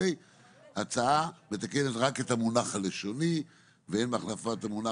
ההצעה מתקנת רק את המונח הלשוני ואין בהחלפת המונח